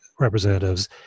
representatives